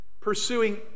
Pursuing